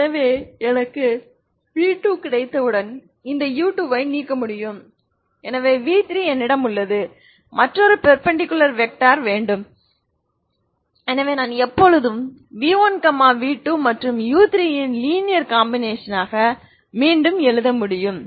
எனவே எனக்கு v2 கிடைத்தவுடன் இந்த u2ஐ நீக்க முடியும் எனவே v3 என்னிடமுள்ளது மற்றொரு பெர்பெண்டிகுலார் வெக்டர் வேண்டும் எனவே நான் எப்போதும் v1 v2 மற்றும் u3 ன் லீனியர் காம்பினேஷன் ஆக மீண்டும் எழுத முடியும்